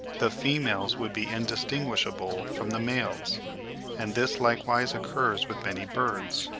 the females would be indistinguishable from the males and this likewise occurs with many birds.